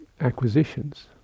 acquisitions